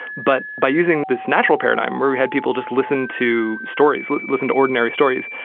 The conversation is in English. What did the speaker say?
but by using this natural paradigm where we had people just listen to stories listen listen to ordinary stories,